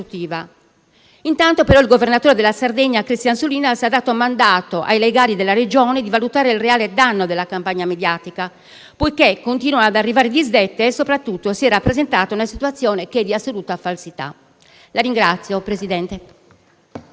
Intanto però il governatore della Sardegna, Solinas, ha dato mandato ai legali della Regione di valutare il reale danno della campagna mediatica, poiché continuano ad arrivare disdette e, soprattutto, si è presentata una situazione che è di assoluta falsità. **Atti e documenti,